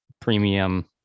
premium